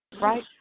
Right